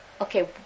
okay